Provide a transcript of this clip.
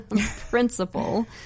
principle